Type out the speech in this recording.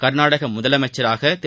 கா்நாடக முதலமைச்சராக திரு